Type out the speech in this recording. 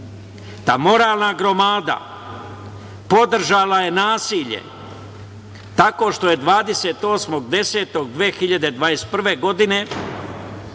Ta moralna gromada podržala je nasilje, tako što je 28. oktobra 2021. godine